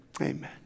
Amen